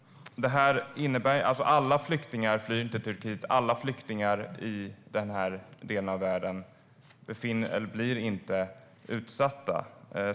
Alla flyktingar flyr inte Turkiet, och alla flyktingar i den här delen av världen blir inte utsatta.